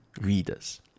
readers